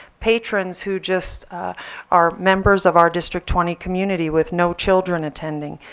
patrons who just are members of our district twenty community with no children attending,